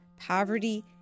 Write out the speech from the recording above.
poverty